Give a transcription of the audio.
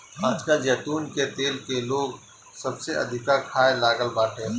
आजकल जैतून के तेल के लोग सबसे अधिका खाए लागल बाटे